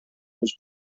was